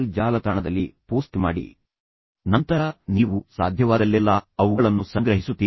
ಜಾಲತಾಣದಲ್ಲಿ ಪೋಸ್ಟ್ ಮಾಡಿ ನಂತರ ನೀವು ಸಾಧ್ಯವಾದಲ್ಲೆಲ್ಲಾ ಅವುಗಳನ್ನು ಸಂಗ್ರಹಿಸುತ್ತೀರಿ